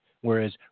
Whereas